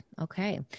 Okay